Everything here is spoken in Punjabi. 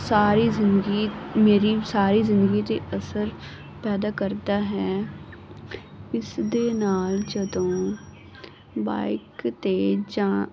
ਸਾਰੀ ਜਿੰਦਗੀ ਮੇਰੀ ਸਾਰੀ ਜ਼ਿੰਦਗੀ 'ਚ ਅਸਰ ਪੈਦਾ ਕਰਦਾ ਹੈ ਇਸ ਦੇ ਨਾਲ ਜਦੋਂ ਬਾਈਕ 'ਤੇ ਜਾਂ